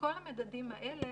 ובכל המדדים האלה,